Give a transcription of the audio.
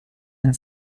and